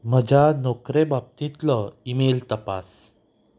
म्हज्या नोकरे बाबतींतलो ईमेल तपास